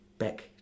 back